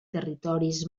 territoris